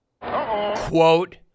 Quote